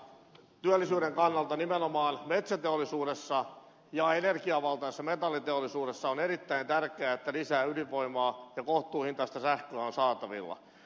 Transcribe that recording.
työllisyyden kannalta nimenomaan metsäteollisuudessa ja energiavaltaisessa metalliteollisuudessa on erittäin tärkeää että lisää ydinvoimaa ja kohtuuhintaista sähköä on saatavilla